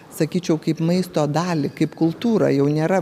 sakyčiau kaip maisto dalį kaip kultūrą jau nėra